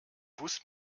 bus